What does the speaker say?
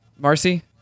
Marcy